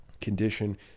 condition